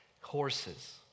horses